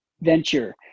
venture